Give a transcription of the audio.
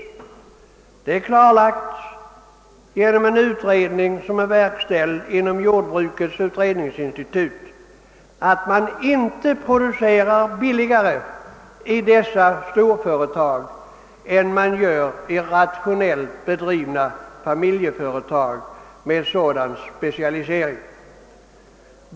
Genom en utredning som verkställts inom jordbrukets utredningsinstitut har klarlagts, att man inte producerar billigare i storföretag än man gör i rationellt bedrivna familjeföretag med sådan specialisering.